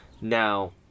Now